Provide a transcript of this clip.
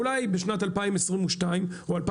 אולי בשנת 2022 או 2023,